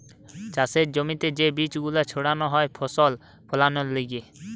চাষের জমিতে যে বীজ গুলো ছাড়ানো হয় ফসল ফোলানোর লিগে